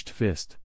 fist